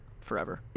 forever